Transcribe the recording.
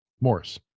Morris